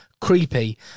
Creepy